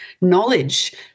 knowledge